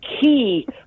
key